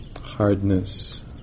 Hardness